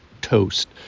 toast